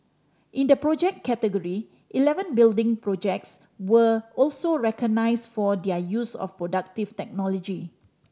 in the Project category eleven building projects were also recognised for their use of productive technology